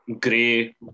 Gray